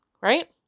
Right